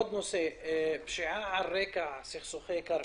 נושא נוסף זה פשיעה על רקע סכסוכי קרקע,